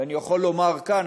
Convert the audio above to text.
ואני יכול לומר כאן,